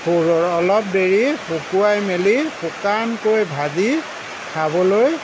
অ অলপ দেৰি শুকুৱাই মেলি শুকান কৈ ভাজি খাবলৈ